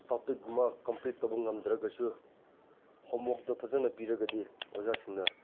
ꯇꯣꯄꯤꯛꯀꯨꯝꯕ complete ꯇꯧꯕ ꯉꯝꯗ꯭ꯔꯒꯁꯨ ꯍꯣꯝꯋꯣꯔꯛꯇꯣ ꯐꯖꯅ ꯄꯤꯔꯒꯗꯤ ꯑꯣꯖꯥꯁꯤꯡꯅ